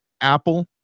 Apple